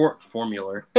Formula